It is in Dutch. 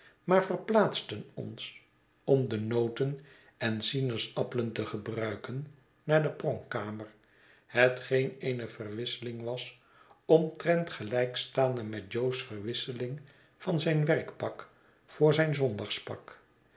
maar verplaatsten ons om de noten en sinaasappelen te gebruiken naar de pronkkamer hetgeen eene verwisseling was omtrent gelijk staande met jo's verwisseling van zijn werkpak voor zijn zondagspak